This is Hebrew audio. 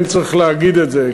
אם צריך להגיד את זה,